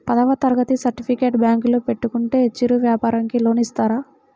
పదవ తరగతి సర్టిఫికేట్ బ్యాంకులో పెట్టుకుంటే చిరు వ్యాపారంకి లోన్ ఇస్తారా?